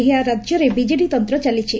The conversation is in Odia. ଏହି ରାଜ୍ୟରେ ବିଜେଡି ତନ୍ତ ଚାଲିଛି